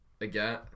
Again